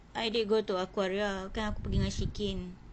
I did go to aquaria kan aku pergi dengan shikin